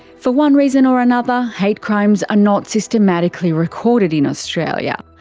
for one reason or another, hate crimes are not systematically recorded in australia.